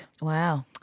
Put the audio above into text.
Wow